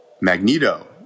Magneto